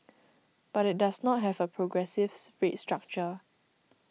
but it does not have a progressive rate structure